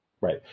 Right